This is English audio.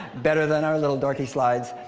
better than our little, dorky slides.